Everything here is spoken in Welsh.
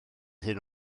hyn